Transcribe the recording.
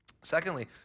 Secondly